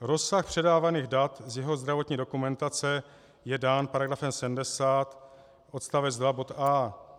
Rozsah předávaných dat z jeho zdravotní dokumentace je dán § 70 odst. 2 bod a).